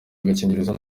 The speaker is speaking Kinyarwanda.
agakingirizo